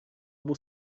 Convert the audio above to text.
obu